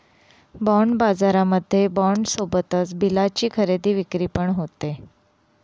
bond बाजारामध्ये bond सोबतच बिलाची खरेदी विक्री पण होते